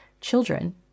children